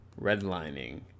redlining